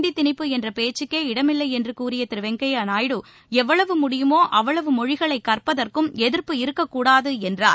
இந்தி திணிப்பு என்ற பேச்சுக்கே இடமில்லை என்று கூறிய திரு வெங்கையா நாயுடு எவ்வளவு முடியுமோ அவ்வளவு மொழிகளை கற்பதற்கும் எதிர்ப்பு இருக்கக்கூடாது என்றார்